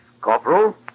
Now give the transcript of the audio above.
Corporal